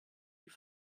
die